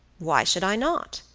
why should i not?